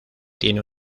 tiene